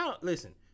Listen